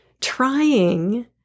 trying